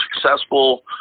successful